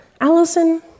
allison